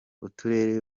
uturere